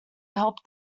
help